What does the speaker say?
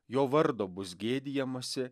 jo vardo bus gėdijamasi